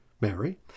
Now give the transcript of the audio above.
Mary